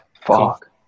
Fuck